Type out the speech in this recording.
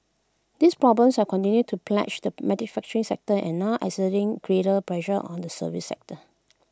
these problems have continued to pledge the manufacturing sector and now exerting greater pressure on the services sector